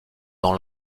dans